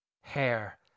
Hair